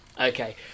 okay